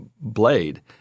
blade